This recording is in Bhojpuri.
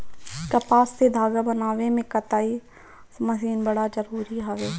कपास से धागा बनावे में कताई मशीन बड़ा जरूरी हवे